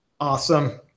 Awesome